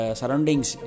surroundings